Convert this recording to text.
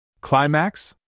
Climax